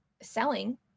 selling